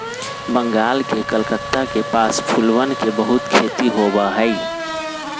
बंगाल के कलकत्ता के पास फूलवन के बहुत खेती होबा हई